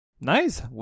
nice